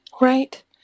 Right